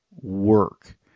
work